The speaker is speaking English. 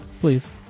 Please